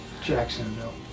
Jacksonville